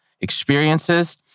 experiences